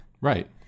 Right